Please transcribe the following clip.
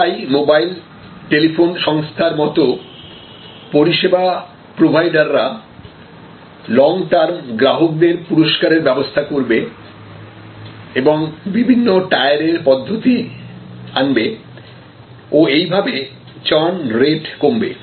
আমি চাই mobile telephone সংস্থার মত পরিষেবা প্রোভাইডাররা লং টার্ম গ্রাহকদের পুরস্কারের ব্যবস্থা করবে এবং বিভিন্ন টায়ারের পদ্ধতি আনবে ও এইভাবে চার্ন রেট কমবে